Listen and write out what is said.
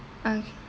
okay